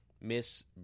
miss